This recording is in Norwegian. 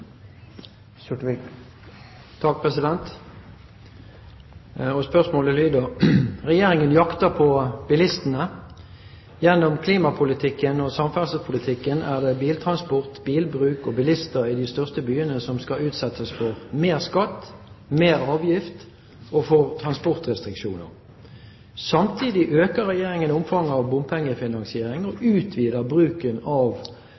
Spørsmålet lyder: «Regjeringen jakter på bilistene. Gjennom klimapolitikken og samferdselspolitikken er det biltransport, bilbruk og bilister i de største byene som skal utsettes for mer skatt, mer avgift og transportrestriksjoner. Samtidig øker Regjeringen omfanget av bompengefinansiering og utvider bruken av